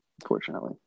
unfortunately